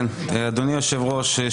אדוני היושב-ראש,